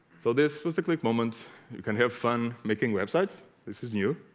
so this was the click moment you can have fun making websites this is new